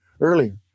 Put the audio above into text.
earlier